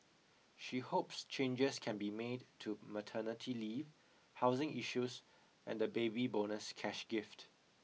she hopes changes can be made to maternity leave housing issues and the baby bonus cash gift